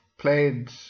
Played